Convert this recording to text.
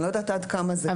אני לא יודעת כמה זה קורה,